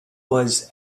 was